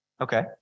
Okay